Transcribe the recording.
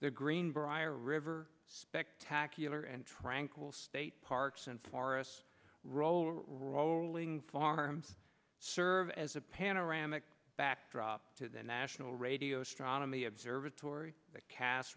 the greenbrier river spectacular and tranquil state parks and forests roll rolling farms serve as a panoramic backdrop to the national radio astronomy observatory the cas